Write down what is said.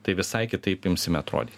tai visai kitaip imsime atrodyt